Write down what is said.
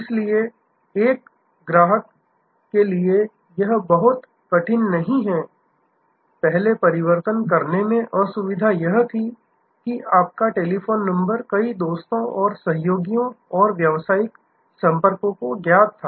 इसलिए एक ग्राहक के लिए यह बहुत कठिन नहीं है पहले परिवर्तन करने में असुविधा यह थी कि आपका टेलीफोन नंबर कई दोस्तों और सहयोगियों और व्यावसायिक संपर्कों को ज्ञात था